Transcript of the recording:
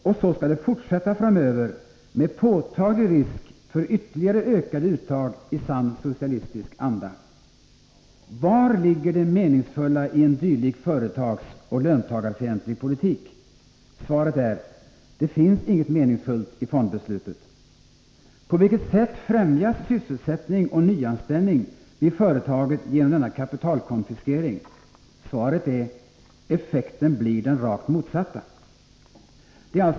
Och så skall det fortsätta framöver, med påtaglig risk för ytterligare ökade uttag i sann socialistisk anda. Varligger det meningsfulla i en dylik företagsoch löntagarfientlig politik? Svaret är: Det finns inget meningsfullt i fondbeslutet. På vilket sätt främjas sysselsättning och nyanställning vid företaget genom denna kapitalkonfiskering? Svaret är: Effekten blir den rakt motsatta.